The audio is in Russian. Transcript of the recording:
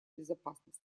безопасности